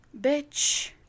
Bitch